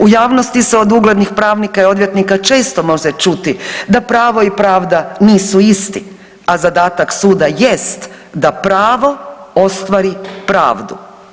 U javnosti se od uglednih pravnika i odvjetnika često može čuti da pravo i pravda nisu isti, a zadatak suda jest da pravo ostvari pravdu.